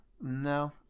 No